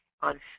On